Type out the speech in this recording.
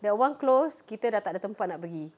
that [one] close kita sudah tak ada tempat nak pergi